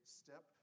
step